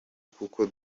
kuko